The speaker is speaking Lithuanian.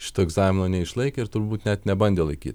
šito egzamino neišlaikė ir turbūt net nebandė laikyt